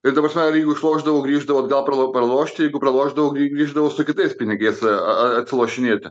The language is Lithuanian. tai ta prasme jeigu išlošdavau grįždavau atgal pra pralošti jeigu pralošdavau grįždavau su kitais pinigais atsilošinėti